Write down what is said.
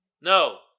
No